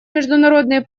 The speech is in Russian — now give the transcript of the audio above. международные